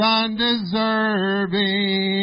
undeserving